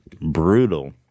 Brutal